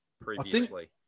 previously